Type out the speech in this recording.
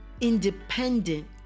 independent